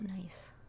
nice